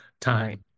time